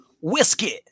Whiskey